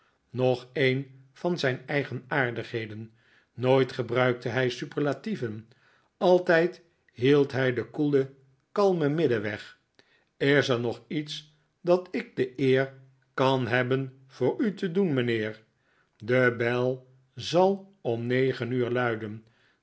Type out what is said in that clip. nog een van zijn eigenaardigheden npoit gebruikte hij superlatieven altijd hield hij den koelen kalmen middenweg is er nog iets dat ik de eer kan hebben voor u te doen mijnheer de bel zal om negen uur luiden